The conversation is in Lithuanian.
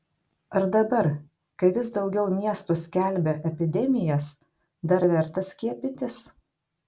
ar dabar kai vis daugiau miestų skelbia epidemijas dar verta skiepytis